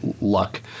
luck